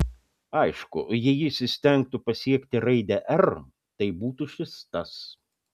aišku jei jis įstengtų pasiekti raidę r tai būtų šis tas